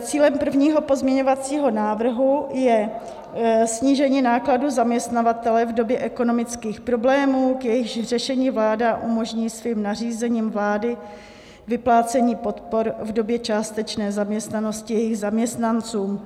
Cílem prvního pozměňovacího návrhu je snížení nákladů zaměstnavatele v době ekonomických problémů, k jejichž řešení vláda umožní svým nařízením vlády vyplácení podpor v době částečné zaměstnanosti jejich zaměstnancům.